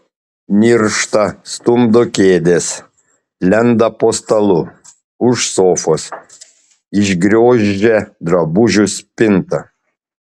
niršta stumdo kėdes lenda po stalu už sofos išgriozdžia drabužių spintą